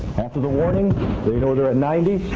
after the warning, they know their at ninety.